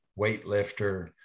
weightlifter